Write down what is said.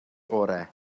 orau